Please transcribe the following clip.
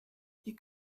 you